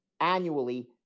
annually